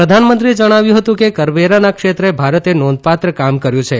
પ્રધાનમંત્રીએ જણાવ્યું હતું કે કરવેરાના ક્ષેત્રે ભારતે નોંધપાત્ર કામ કર્યું છે